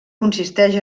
consisteix